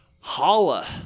Holla